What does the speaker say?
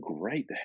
great